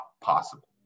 possible